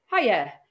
Hiya